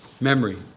Memory